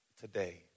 today